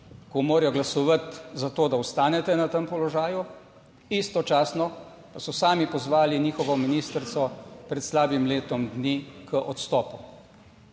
ko morajo glasovati za to, da ostanete na tem položaju. Istočasno pa so sami pozvali njihovo ministrico pred slabim letom dni k odstopu.